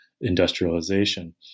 industrialization